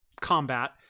combat